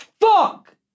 Fuck